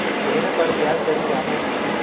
ऋण पर ब्याज दर क्या है?